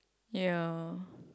ya